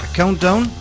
countdown